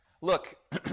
Look